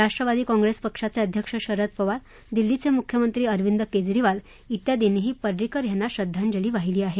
Rashtrawadi Congress पक्षाचे अध्यक्ष शरद पवार दिल्लीचे मुख्यमंत्री अरविंद केजरीवाल इत्यादींनीही पर्रिकर यांना श्रद्धांजली वाहीली आहे